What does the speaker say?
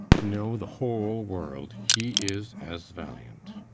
know the whole world, he is as valiant.